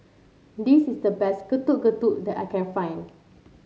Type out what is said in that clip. this is the best Getuk Getuk that I can find